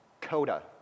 Coda